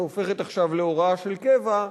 שהופכת עכשיו להוראה של קבע,